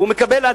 והוא מקבל,